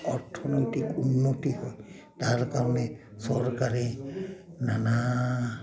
অৰ্থনৈতিক উন্নতি হয় তাৰ কাৰণে চৰকাৰে নানা